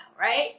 right